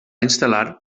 instal·lar